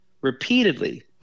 repeatedly –